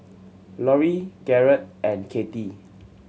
Lorri Garret and Katie